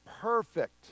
perfect